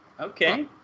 Okay